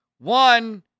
One